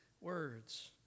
words